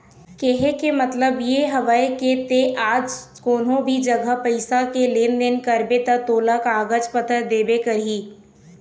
केहे के मतलब ये हवय के ते हा आज कोनो भी जघा पइसा के लेन देन करबे ता तोला कागज पतर देबे करही